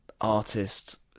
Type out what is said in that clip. artist